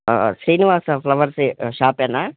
Srinivasa flowers షాపా